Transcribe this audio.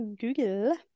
google